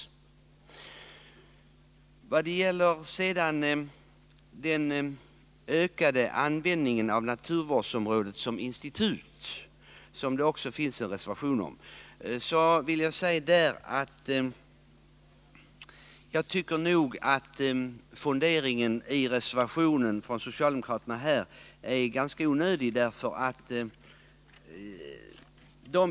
När det gäller den ökade användningen av naturvårdsområden som institut vill jag säga att jag tycker att funderingen i den socialdemokratiska reservationen är ganska onödig.